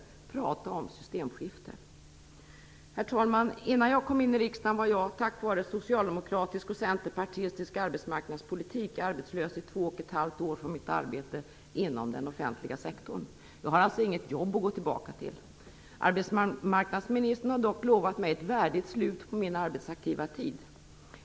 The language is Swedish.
Prata om systemskifte! Herr talman! Innan jag kom in i riksdagen var jag, tack vare socialdemokratisk och centerpartistisk arbetsmarknadspolitik, arbetslös i två och ett halvt år. Tidigare arbetade jag inom den offentliga sektorn. Jag har alltså inget jobb att gå tillbaka till. Arbetsmarknadsministern har dock lovat mig ett värdigt slut på min arbetsaktiva tid.